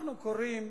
אנחנו קוראים,